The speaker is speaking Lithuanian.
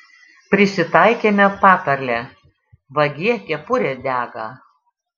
prisitaikėme patarlę vagie kepurė dega